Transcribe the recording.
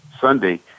Sunday